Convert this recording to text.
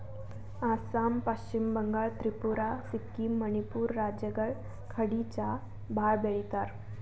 ಅಸ್ಸಾಂ, ಪಶ್ಚಿಮ ಬಂಗಾಳ್, ತ್ರಿಪುರಾ, ಸಿಕ್ಕಿಂ, ಮಣಿಪುರ್ ರಾಜ್ಯಗಳ್ ಕಡಿ ಚಾ ಭಾಳ್ ಬೆಳಿತಾರ್